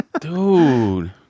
dude